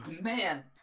Man